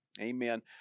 amen